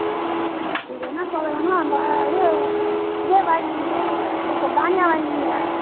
ம் உங்களுக்கு என்ன சோளம் வேணுமோ அந்த இது இதே வாங்கிக்கோங்க அந்த இந்த சோளம் தான்யா வாங்கிக்கோங்க